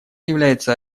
является